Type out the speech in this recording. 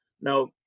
Now